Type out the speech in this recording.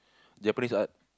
Japanese art